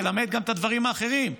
תלמד גם את הדברים האחרים,